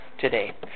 today